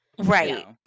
right